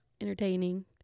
entertaining